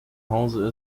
hause